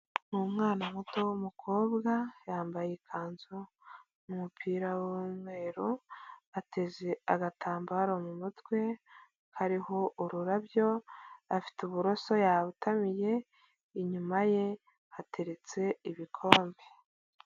N'umwanawana muto w'umukobwa yambaye ikanzu umupira w'umweru ateze agatambaro mu mutwe hariho ururabyo afite uburoso yabutamiye inyuma ye hateretse ibikombe.